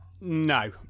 No